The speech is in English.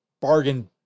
bargain